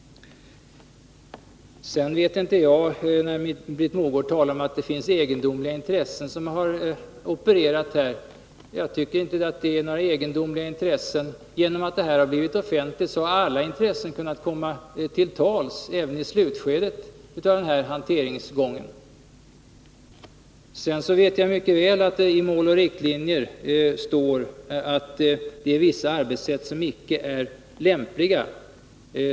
Jag vet inte vad Britt Mogård menar när hon säger att egendomliga intressen har opererat här. Jag tycker inte att det är några egendomliga intressen. Eftersom detta har blivit offentligt har alla intressen kunnat komma till tals även i slutskedet av den här hanteringen. Jag vet mycket väl att det i Mål och riktlinjer står att vissa arbetssätt inte är lämpliga.